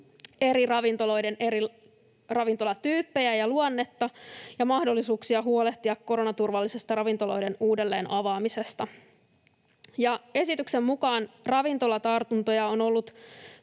eri ravintolatyyppejä ja luonnetta ja mahdollisuuksia huolehtia koronaturvallisesta ravintoloiden uudelleen avaamisesta. Esityksen mukaan ravintolatartuntoja on ollut